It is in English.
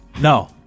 No